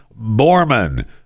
Borman